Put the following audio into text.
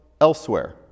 elsewhere